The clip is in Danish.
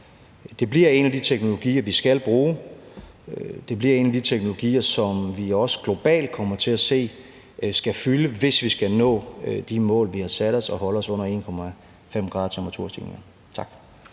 Det bliver en af de teknologier, vi skal bruge. Det bliver en af de teknologier, som vi også globalt kommer til at se skal fylde, hvis vi skal nå de mål, vi har sat os, og holde os under 1,5 graders temperaturstigning. Tak.